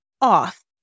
off